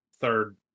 third